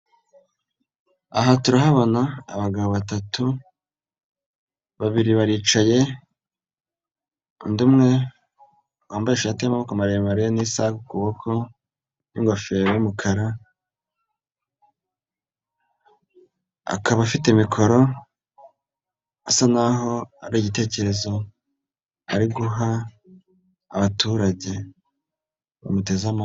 Aha turahabona abagabo batatu, babiri baricaye, undi umwe wambaye ishati y'amaboko maremare n'isaha ku kuboko n'ingofero y'umukara, akaba afite mikoro, asa naho ari igitekerezo ari guha abaturage, bamuteza amatwi.